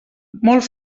molt